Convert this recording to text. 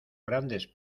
grandes